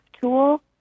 tool